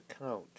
account